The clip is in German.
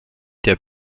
der